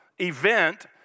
event